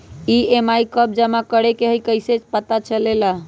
EMI कव जमा करेके हई कैसे पता चलेला?